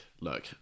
look